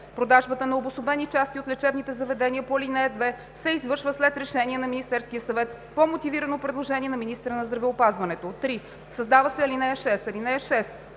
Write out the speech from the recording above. Продажбата на обособени части от лечебните заведения по ал. 2 се извършва след решение на Министерския съвет по мотивирано предложение на министъра на здравеопазването.“ 3. Създава се ал. 6: